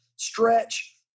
stretch